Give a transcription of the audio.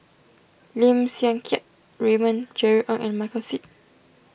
Lim Siang Keat Raymond Jerry Ng and Michael Seet